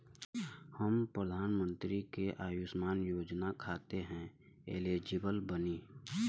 हम प्रधानमंत्री के अंशुमान योजना खाते हैं एलिजिबल बनी?